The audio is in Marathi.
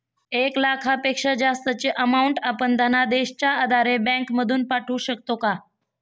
एक लाखापेक्षा जास्तची अमाउंट आपण धनादेशच्या आधारे बँक मधून पाठवू शकतो का?